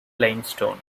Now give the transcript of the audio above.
limestone